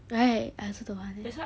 right I also don't want leh